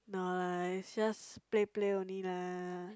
nice just play play only lah